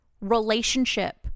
relationship